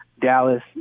Dallas